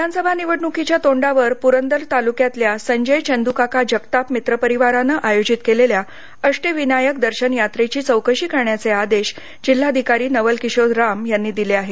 विधानसभा निवडणुकीच्या तोंडावर पुरंदर तालुक्यातल्या संजय चंद्काका जगताप मित्रपरिवारानं आयोजित केलेल्या अष्टविनायक दर्शन यात्रेची चौकशी करण्याचे आदेश जिल्हाधिकारी नवलकिशोर राम यांनी दिले आहेत